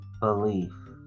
belief